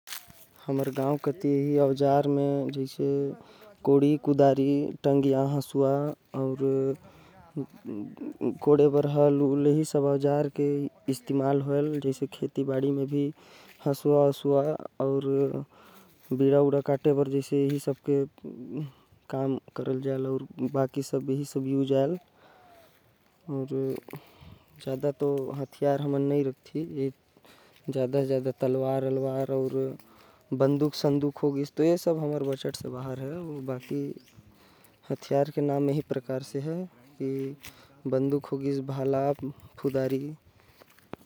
हमर गांव कति हमन कोढ़ी कुदारी टांगी हल अउ। हसवा जैसा औजार के इस्तेमाल करथे।